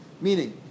Meaning